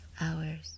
hours